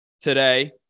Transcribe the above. today